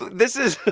this is.